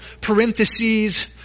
parentheses